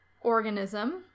organism